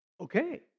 Okay